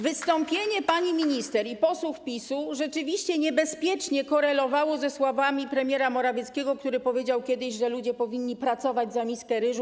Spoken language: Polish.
Wystąpienie pani minister i posłów PiS-u rzeczywiście niebezpiecznie korelowało ze słowami premiera Morawieckiego, który powiedział kiedyś, że ludzie powinni pracować za miskę ryżu.